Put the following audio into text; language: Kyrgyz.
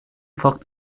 факт